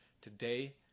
Today